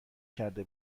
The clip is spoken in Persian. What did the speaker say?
کرده